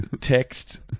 text